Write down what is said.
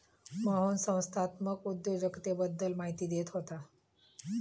मोहन संस्थात्मक उद्योजकतेबद्दल माहिती देत होता